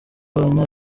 abanya